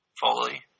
Foley